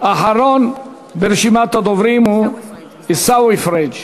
אחרון ברשימת הדוברים הוא עיסאווי פריג'.